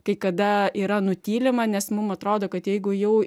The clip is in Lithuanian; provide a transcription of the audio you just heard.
kai kada yra nutylima nes mum atrodo kad jeigu jau